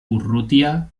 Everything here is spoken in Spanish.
urrutia